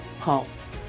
Pulse